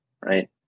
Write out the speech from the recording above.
right